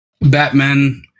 Batman